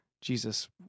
Jesus